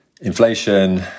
Inflation